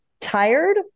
tired